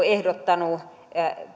ehdottanut